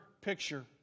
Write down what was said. picture